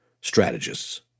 strategists